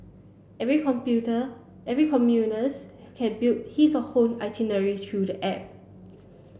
every computer every can build his or her own itinerary through the app